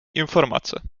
informace